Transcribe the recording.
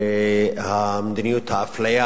מדיניות האפליה